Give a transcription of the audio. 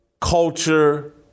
culture